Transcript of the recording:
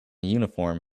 uniform